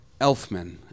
Elfman